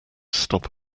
stop